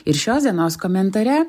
ir šios dienos komentare